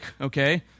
okay